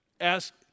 ask